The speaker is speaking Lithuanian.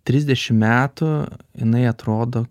trisdešimt metų jinai atrodo